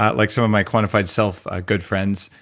like some of my quantified-self ah good friends,